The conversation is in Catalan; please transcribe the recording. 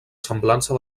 semblança